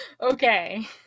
Okay